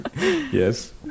Yes